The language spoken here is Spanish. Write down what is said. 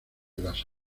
las